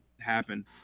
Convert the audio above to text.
happen